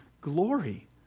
glory